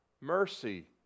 Mercy